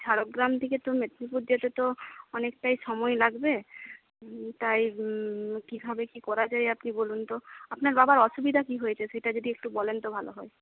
ঝাড়গ্রাম থেকে তো মদিনীপুর যেতে তো অনেকটাই সময় লাগবে তাই কিভাবে কি করা যায় আপনি বলুন তো আপনার বাবার অসুবিধা কি হয়েছে সেটা যদি একটু বলেন তো ভালো হয়